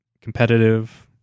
competitive